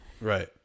Right